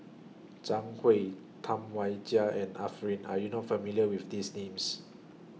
Zhang Hui Tam Wai Jia and Arifin Are YOU not familiar with These Names